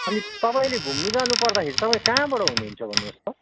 अनि तपाईँले घुम्नु जानुपर्दाखेरि तपाईँ कहाँबाट हुनुहुन्छ भन्नुहोस् त